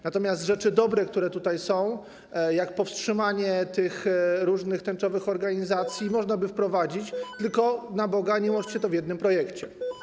Natomiast rzeczy dobre, które tutaj są, jak powstrzymanie tych różnych tęczowych organizacji, można by wprowadzić, tylko, na Boga, nie łączcie tego w jednym projekcie.